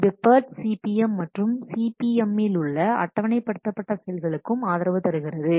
இது PERT CPM மற்றும் CPM யிலுள்ள அட்டவணைப்படுத்தப்பட்ட செயல்களுக்கும் ஆதரவு தருகிறது